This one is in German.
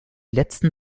letzten